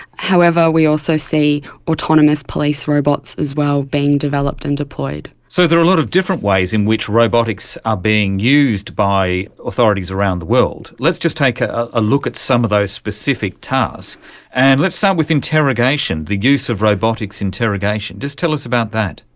however, we also see autonomous police robots as well being developed and deployed. so there are a lot of different ways in which robotics are being used by authorities around the world. let's just take a look at some of those specific tasks and let's start with interrogation, the use of robotics interrogation, just tell us about that.